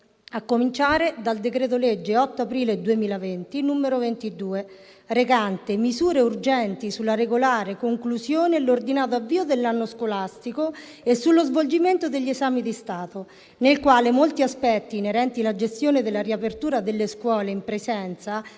a cominciare dal decreto-legge 8 aprile 2020, n. 22, recante «Misure urgenti sulla regolare conclusione e l'ordinato avvio dell'anno scolastico e sullo svolgimento degli esami di Stato», nel quale molti aspetti inerenti la gestione della riapertura delle scuole in presenza